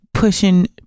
Pushing